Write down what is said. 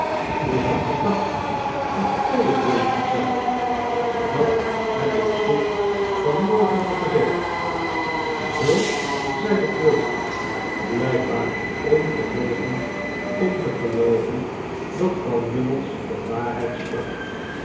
ik had gedacht dat gij het weten zoudt dat heb ik kit van morgen nog gezegd zoo zeide quilp blijkbaar ongenegen om te gelooven dat vrouw nubbles de waarheid sprak